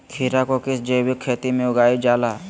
खीरा को किस जैविक खेती में उगाई जाला?